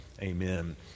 Amen